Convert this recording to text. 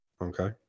okay